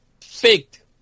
faked